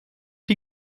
die